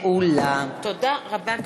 הודעה למזכירת הכנסת.